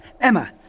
Emma